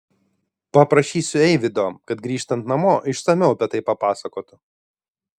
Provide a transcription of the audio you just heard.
paprašysiu eivydo kad grįžtant namo išsamiau apie tai papasakotų